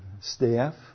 Staff